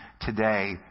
today